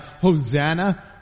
Hosanna